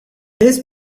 this